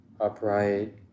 upright